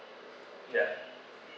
ya